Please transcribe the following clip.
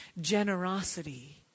generosity